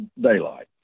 daylight